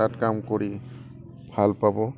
তাত কাম কৰি ভাল পাব